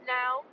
now